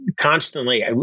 constantly